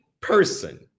person